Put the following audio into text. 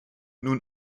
nun